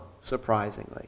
surprisingly